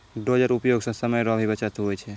dozer उपयोग से समय रो भी बचत हुवै छै